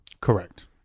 Correct